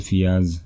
years